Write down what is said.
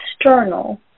external